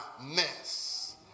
mess